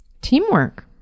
teamwork